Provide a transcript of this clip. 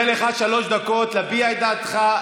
יהיו לך שלוש דקות להביע את דעתך,